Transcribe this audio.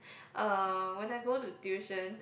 uh when I go to tuition